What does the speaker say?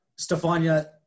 Stefania